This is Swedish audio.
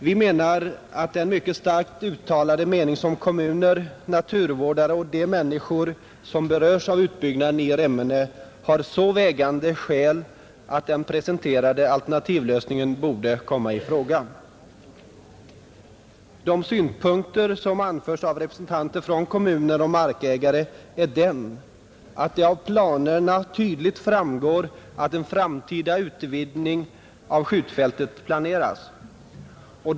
Vi menar att den mycket starkt uttalade meningen från kommuner, naturvårdare och de människor som berörs av utbyggnaden i Remmene har så vägande skäl för sig att den presenterade alternativlösningen borde ha kommit i fråga. Den synpunkt som anförts av representanter för kommuner och markägare är att det av planerna tydligt framgår att en framtida utvidgning av skjutfältet planeras.